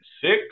six